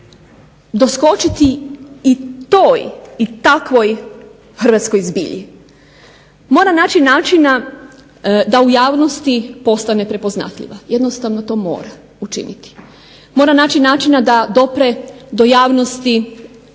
doskočiti i toj i takvoj hrvatskoj zbilji. Mora naći načina da u javnosti postane prepoznatljiva, jednostavno to mora učiniti. Mora naći načina da dopre do javnosti